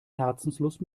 herzenslust